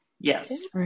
Yes